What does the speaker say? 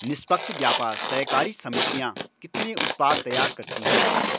निष्पक्ष व्यापार सहकारी समितियां कितने उत्पाद तैयार करती हैं?